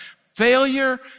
failure